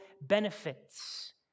benefits